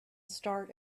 start